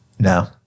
No